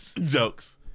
jokes